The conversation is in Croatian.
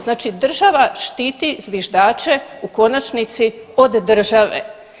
Znači država štiti zviždače u konačnici od države.